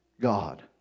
God